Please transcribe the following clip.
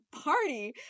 party